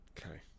Okay